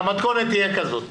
המתכונת תהיה כזאת: